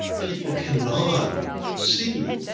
people cannot see